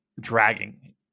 dragging